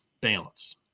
balance